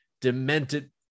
demented